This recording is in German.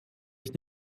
ich